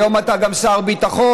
היום אתה גם שר ביטחון.